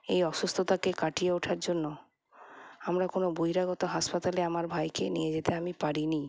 এই অসুস্থতাকে কাটিয়ে ওঠার জন্য আমরা কোনও বহিরাগত হাসপাতালে আমার ভাইকে নিয়ে যেতে আমি পারিনি